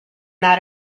that